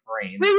frame